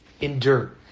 endure